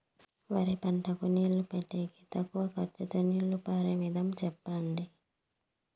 వరి పంటకు నీళ్లు పెట్టేకి తక్కువ ఖర్చుతో నీళ్లు పారే విధం చెప్పండి?